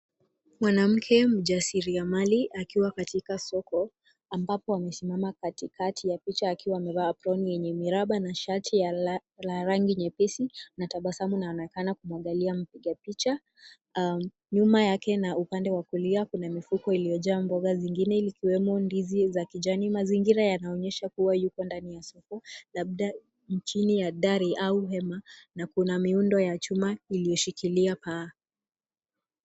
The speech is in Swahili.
Mwanamke mjasiraimali akiwa katika soko ambapo amesimama katikati ya picha akiwa amevaa aproni yenye miraba na shati la rangi nyepesi na tabasamu anaonekana kumwagilia mpiga picha. Nyuma yake na upande wa kulia kuna mifuko iliyo jaa mboga zingine likiwemo ndizi za kijani. Mazingira yanaonyesha kuwa yako ndani ya soko labda chini ya dari au hema na kuna miundo ya chuma iliyo shikilia paa.